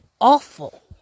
awful